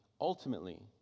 ultimately